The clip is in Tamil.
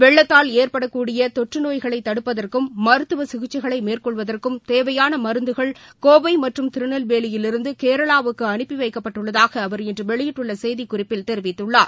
வெள்ளத்தால் ஏற்படக்கூடியதொற்றுநோய்களைதடுப்பதற்கும் மருத்துவசிகிச்சைகளைமேற்கொள்வதற்கும் தேவையானமருந்துகள் கோவைமற்றும் திருநெல்வேலியிலிருந்துகேரளாவுக்குஅனுப்பிவைக்கப்பட்டுள்ளதாகஅவர் இன்றுவெளியிட்டுள்ளசெய்திக் குறிப்பில் தெரிவித்துள்ளார்